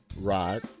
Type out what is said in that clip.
Rod